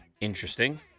Interesting